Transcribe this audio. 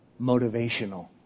motivational